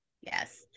Yes